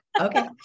Okay